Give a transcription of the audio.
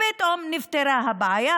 ופתאום נפתרה הבעיה,